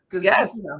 yes